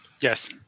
Yes